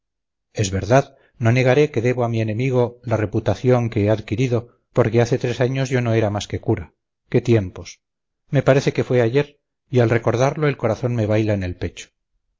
es verdad no negaré que debo a mi enemigo la reputación que he adquirido porque hace tres años yo no era más que cura qué tiempos me parece que fue ayer y al recordarlo el corazón me baila en el pecho